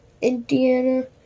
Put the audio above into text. Indiana